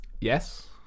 Yes